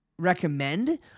recommend